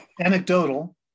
anecdotal